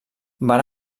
van